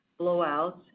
blowouts